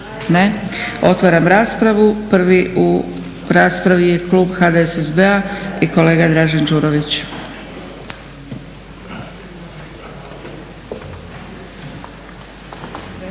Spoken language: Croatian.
Ne. Otvaram raspravu. Prvi u raspravi je klub HDSSB-a i kolega Dražen Đurović.